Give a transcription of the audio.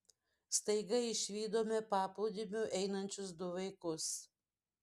staiga išvydome paplūdimiu einančius du vaikus